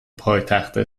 پایتخت